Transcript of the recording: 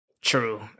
True